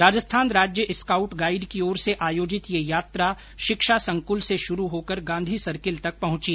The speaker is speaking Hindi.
राजस्थान राज्य स्काउट गाईड की ओर से आयोजित ये यात्रा शिक्षा संकुल से शुरू होकर गांधी सर्किल तक पहुंची